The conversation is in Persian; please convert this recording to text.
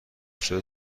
شده